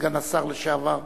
סגן השר לשעבר.